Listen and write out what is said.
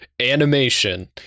animation